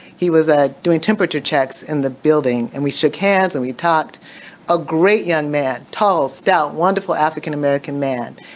he was ah doing temperature checks in the building. and we shook hands and we talked a great young man, tall stout, wonderful african-american man.